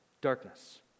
darkness